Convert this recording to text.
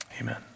Amen